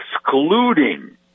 excluding